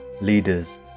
leaders